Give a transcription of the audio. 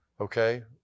okay